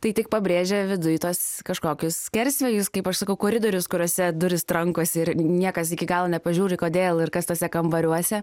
tai tik pabrėžia viduj tuos kažkokius skersvėjus kaip aš sakau koridorius kuriuose durys trankosi ir niekas iki galo nepažiūri kodėl ir kas tuose kambariuose